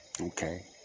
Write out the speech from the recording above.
Okay